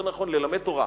יותר נכון ללמד תורה,